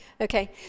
Okay